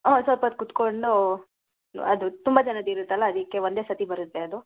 ಹಾಂ ಸ್ವಲ್ಪ ಹೊತ್ತು ಕುತ್ಕೊಂಡು ಅದು ತುಂಬ ಜನದ್ದು ಇರತ್ತಲ ಅದಕ್ಕೆ ಒಂದೇ ಸರ್ತಿ ಬರುತ್ತೆ ಅದು